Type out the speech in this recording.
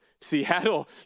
Seattle